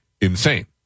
Insane